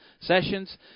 sessions